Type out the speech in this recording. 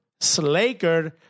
Slaker